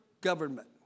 government